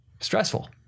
stressful